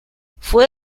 fue